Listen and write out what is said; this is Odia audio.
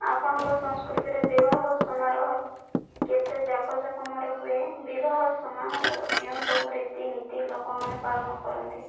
ଆପଣଙ୍କ ସଂସ୍କୃତିରେ ବିବାହ ସମାରୋହ କେତେ ଜାକଜମକରେ ହୁଏ ବିବାହ ସମାରର କେଉଁ ସବୁ ରୀତିନୀତି ଲୋକମାନେ ପାଳନ କରନ୍ତି